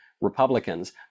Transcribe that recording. Republicans